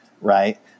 right